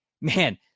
man